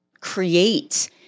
create –